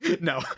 no